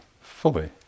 fully